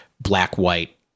black-white